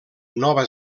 nova